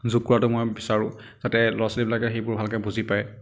যোগ কৰাটো মই বিচাৰোঁ যাতে ল'ৰা ছোৱালীবিলাকে সেইবোৰ ভালকৈ বুজি পায়